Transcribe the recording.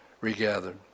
regathered